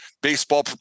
Baseball